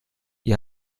ihr